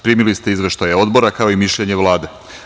Primili ste izveštaje Odbora, kao i mišljenje Vlade.